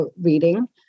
reading